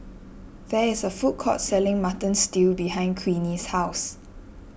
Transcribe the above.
there is a food court selling Mutton Stew behind Queenie's house